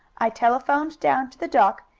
i telephoned down to the dock,